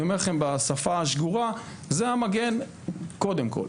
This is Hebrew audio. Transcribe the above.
אומר לכם בשפה השגורה שזה המגן קודם כול.